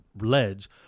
ledge